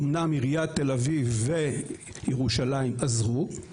אמנם עיריית תל-אביב וירושלים עזרו,